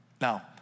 Now